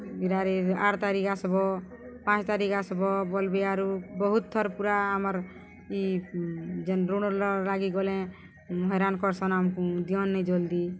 ଇଟା ଇ ଆଠ୍ ତାରିଖ୍ ଆସ୍ବ ପାଞ୍ଚ୍ ତାରିଖ୍ ଆସ୍ବ ବଲ୍ବେ ଆରୁ ବହୁତ୍ ଥର୍ ପୁରା ଆମର୍ ଇ ଯେନ୍ ଋଣ୍ ଲାଗି ଗଲେ ହଇରାଣ୍ କର୍ସନ୍ ଆମ୍କୁ ଦିଅନ୍ ନେଇ ଜଲ୍ଦି